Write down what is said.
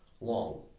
long